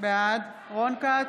בעד רון כץ,